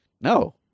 No